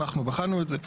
אנחנו בחנו את זה,